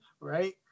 right